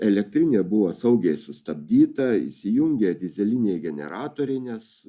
elektrinė buvo saugiai sustabdyta įsijungė dyzeliniai generatoriai nes